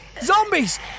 Zombies